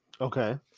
Okay